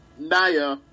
Naya